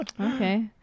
Okay